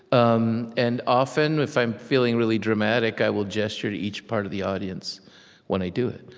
um and often, if i'm feeling really dramatic, i will gesture to each part of the audience when i do it,